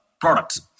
products